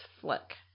Flick